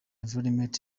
environment